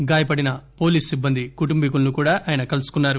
గాయపడిన పోలీసు సిబ్బంది కుటుంబీకులను కూడా ఆయన కలుసుకున్నారు